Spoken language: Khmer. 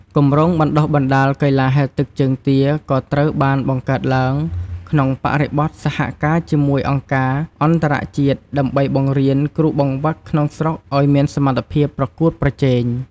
គម្រោងបណ្ដុះបណ្ដាលកីឡាហែលទឹកជើងទាក៏ត្រូវបានបង្កើតឡើងក្នុងបរិបទសហការជាមួយអង្គការអន្តរជាតិ ដើម្បីបង្រៀនគ្រូបង្វឹកក្នុងស្រុកឲ្យមានសមត្ថភាពប្រកួតប្រជែង។